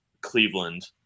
Cleveland